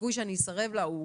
הסיכוי שאני אסרב לה הוא